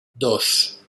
dos